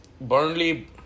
Burnley